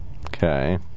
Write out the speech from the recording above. Okay